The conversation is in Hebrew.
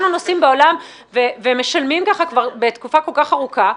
נוסעים בעולם ומשלמים כך כבר תקופה כל כך ארוכה.